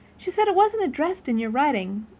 she said it wasn't addressed in your writing,